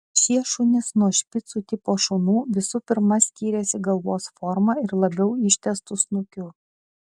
šie šunys nuo špicų tipo šunų visų pirma skyrėsi galvos forma ir labiau ištęstu snukiu